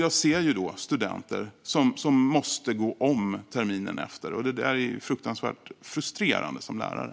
Jag ser då studenter som måste gå om terminen efter, och som lärare är det fruktansvärt frustrerande.